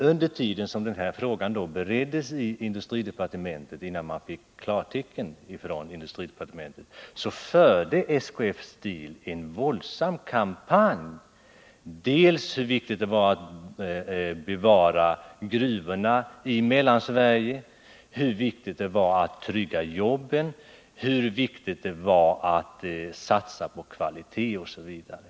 Under tiden som frågan bereddes i industridepartementet och innan företaget fick klartecken från Om användningen industridepartementet, förde SKF Steel en våldsam kampanj som gick ut på — qv lån och bidrag hur viktigt det var att bevara gruvorna i Mellansverige, hur viktigt det var att —;;]] SKF Steel i trygga jobben, hur viktigt det var att satsa på kvalitet, osv.